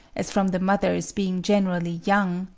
as from the mothers being generally young,